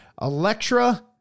Electra